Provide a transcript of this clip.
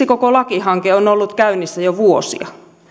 koko lakihanke on on ollut käynnissä jo vuosia